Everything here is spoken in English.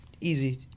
easy